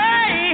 Hey